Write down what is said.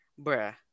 bruh